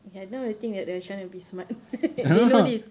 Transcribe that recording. okay now they'll think that you're trying to be smart they know this